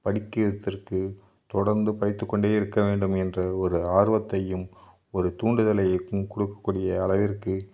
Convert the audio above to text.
படிக்கிறதற்கு தொடர்ந்து படித்துக்கொண்டே இருக்கவேண்டும் என்ற ஒரு ஆர்வத்தையும் ஒரு தூண்டுதலையிக்கும் கொடுக்கக்கூடிய அளவிற்கு